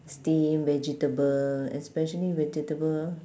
steam vegetable especially vegetable